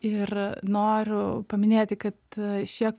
ir noriu paminėti kad šie